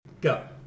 Go